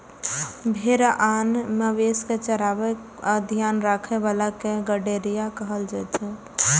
भेड़ आ आन मवेशी कें चराबै आ ध्यान राखै बला कें गड़ेरिया कहल जाइ छै